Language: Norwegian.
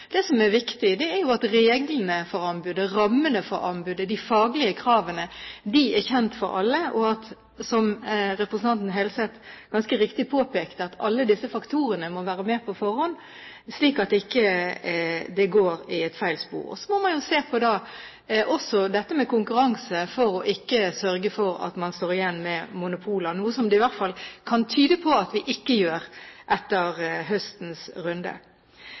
Det som er viktig, er at reglene for anbudet, rammene for anbudet og de faglige kravene er kjent for alle, og, som representanten Helseth ganske riktig påpekte, at alle disse faktorene må være med på forhånd, slik at dette ikke går i feil spor. Så må man også se på dette med konkurranse for å sørge for at man ikke står igjen med monopoler, noe som det kan tyde på at vi i hvert fall ikke gjør etter høstens runde.